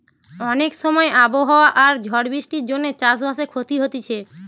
অনেক সময় আবহাওয়া আর ঝড় বৃষ্টির জন্যে চাষ বাসে ক্ষতি হতিছে